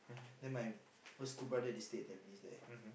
then my first two brother they stay at Tampines there